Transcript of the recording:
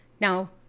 Now